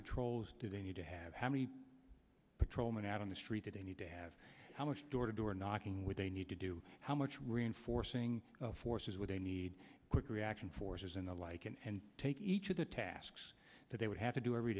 patrols do they need to have how many patrolmen out on the street that they need to have how much door to door knocking when they need to do how much reinforcing force is what they need quick reaction forces and the like and take each of the tasks that they would have to do every